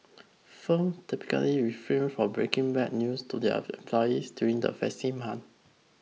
firms typically refrain from breaking bad news to their employees during the festive an